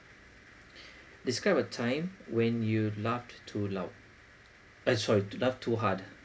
describe a time when you laugh too loud uh sorry laugh too hard